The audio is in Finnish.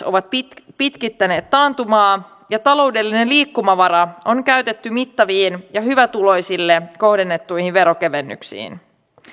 ovat pitkittäneet taantumaa ja taloudellinen liikkumavara on käytetty mittaviin ja hyvätuloisille kohdennettuihin veronkevennyksiin